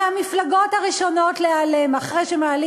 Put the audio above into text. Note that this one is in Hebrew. הרי המפלגות הראשונות להיעלם אחרי שמעלים